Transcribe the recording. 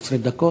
11 דקות.